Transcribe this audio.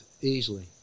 easily